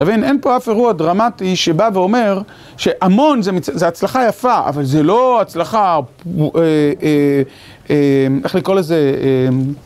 אתה מבין, אין פה אף אירוע דרמטי שבא ואומר שעמון זה הצלחה יפה, אבל זה לא הצלחה, איך לקרוא לזה...